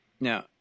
Now